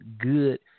good